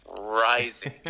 rising